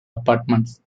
apartments